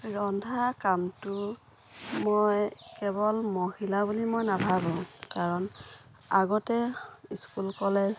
ৰন্ধা কামটো মই কেৱল মহিলা বুলি মই নাভাবোঁ কাৰণ আগতে স্কুল কলেজ